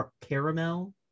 Caramel